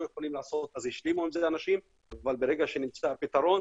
לא יכולים לעשות אז האנשים השלימו עם זה אבל ברגע שנמצא הפתרון,